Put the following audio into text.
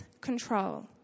control